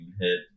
hit